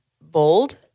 bold